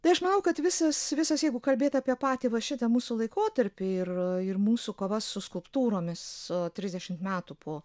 tai aš manau kad visas visas jeigu kalbėt apie patį va šitą mūsų laikotarpį ir ir mūsų kova su skulptūromis trisdešimt metų po